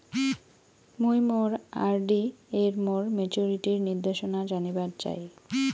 মুই মোর আর.ডি এর মোর মেচুরিটির নির্দেশনা জানিবার চাই